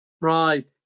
Right